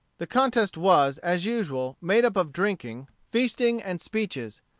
the contest was, as usual, made up of drinking, feasting, and speeches.